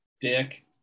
Dick